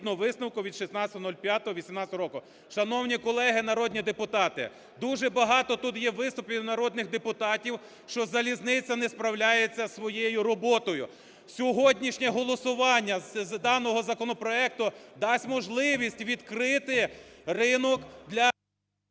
згідно висновку від 16.05.18-го року. Шановні колеги народні депутати, дуже багато тут є виступів народних депутатів, що залізниця не справляється з своєю роботою. Сьогоднішнє голосування з даного законопроекту дасть можливість відкрити ринок для…